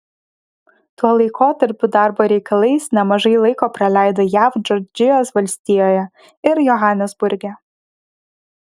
tuo laikotarpiu darbo reikalais nemažai laiko praleido jav džordžijos valstijoje ir johanesburge